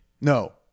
No